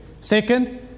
Second